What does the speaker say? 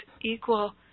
equal